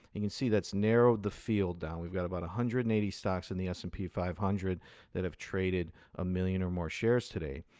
you can see that's narrowed the field down. we've got about one hundred and eighty stocks in the s and p five hundred that have traded a million or more shares today.